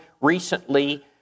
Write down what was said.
recently